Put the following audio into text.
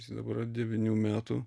jis dabar yra devynių metų